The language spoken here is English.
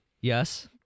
Yes